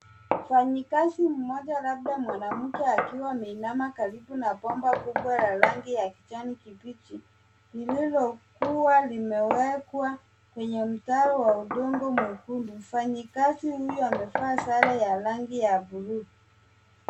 Mfanyikazi mmoja labda mwanamke akiwa ameinama karibu na bomba kubwa la rangi ya kijani kibichi lililokuwa limewekwa kwenye mtaro wa udongo mwekundu, mfanyikazi huyo amevaa sare ya rangi ya buluu.